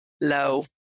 low